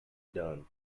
done